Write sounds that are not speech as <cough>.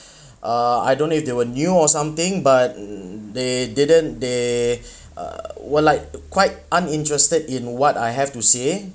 <breath> uh I don't know if they were new or something but hmm they didn't they err were like quite uninterested in what I have to say